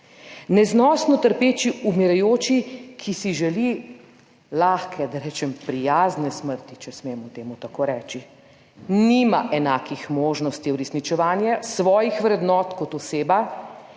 neznosno trpeči umirajoči, ki si želi lahke, da rečem prijazne smrti, če smemo temu tako reči, nima enakih možnosti uresničevanja svojih vrednot kot oseba,